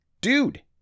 dude